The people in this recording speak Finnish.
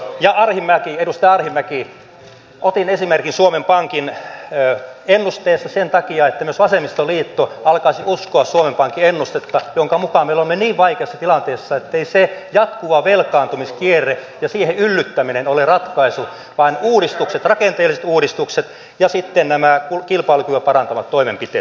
ja edustaja arhinmäki otin esimerkin suomen pankin ennusteesta sen takia että myös vasemmistoliitto alkaisi uskoa suomen pankin ennustetta jonka mukaan me olemme niin vaikeassa tilanteessa etteivät se jatkuva velkaantumiskierre ja siihen yllyttäminen ole ratkaisu vaan uudistukset rakenteelliset uudistukset ja sitten nämä kilpailukykyä parantavat toimenpiteet